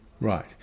Right